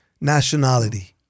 nationality